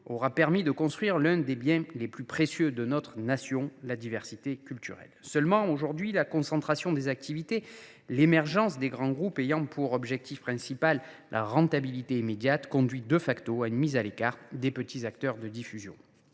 ayant permis de construire l’un des biens les plus précieux de notre nation : la diversité culturelle. Aujourd’hui, la concentration des activités et l’émergence de grands groupes ayant pour objectif principal la rentabilité immédiate conduisent à une mise à l’écart des petits acteurs de diffusion.